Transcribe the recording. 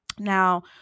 Now